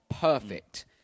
Perfect